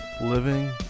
living